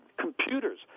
Computers